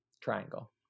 Triangle